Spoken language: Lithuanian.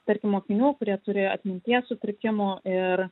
tarkim mokinių kurie turi atminties sutrikimų ir